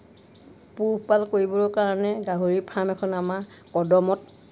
পোহপাল কৰিবৰ কাৰণে গাহৰি ফাৰ্ম এখন আমাৰ কদমত ৰখা হৈছে